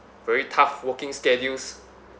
very tough working schedules